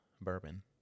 bourbon